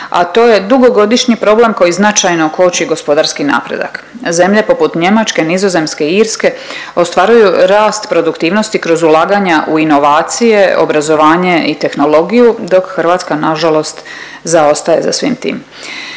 a to je dugogodišnji problem koji značajno koči gospodarski napredak. Zemlje poput Njemačke, Nizozemske i Irske ostvaruju rast produktivnosti kroz ulaganja u inovacije, obrazovanje i tehnologiju dok Hrvatska nažalost zaostaje za svim tim.